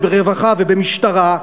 ברווחה ובמשטרה,